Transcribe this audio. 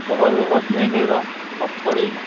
કપાસ બપાસ નહીં કર્યો મગફળી